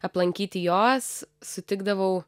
aplankyti jos sutikdavau